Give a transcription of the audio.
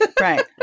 right